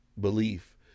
belief